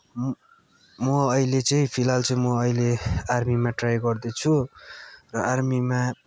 म अहिले चाहिँ फिलहाल चाहिँ म अहिले आर्मीमा ट्राई गर्दैछु र आर्मीमा